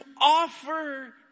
offer